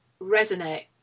resonate